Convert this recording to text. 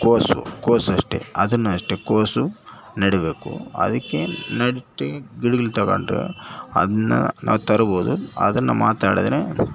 ಕೋಸು ಕೋಸು ಅಷ್ಟೆ ಅದನ್ನೂ ಅಷ್ಟೆ ಕೋಸು ನೆಡಬೇಕು ಅದಕ್ಕೆ ನೆಟ್ಟು ಗಿಡಗಳು ತಗೊಂಡು ಅದನ್ನ ನಾವು ತರ್ಬೋದು ಅದನ್ನು ಮಾತಾಡಿದ್ರೆ